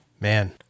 Man